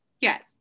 Yes